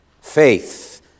Faith